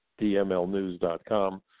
DMLnews.com